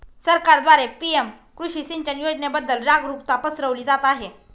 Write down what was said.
सरकारद्वारे पी.एम कृषी सिंचन योजनेबद्दल जागरुकता पसरवली जात आहे